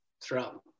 Throughout